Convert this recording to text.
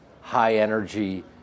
high-energy